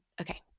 Okay